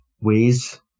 ways